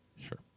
Sure